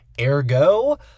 Ergo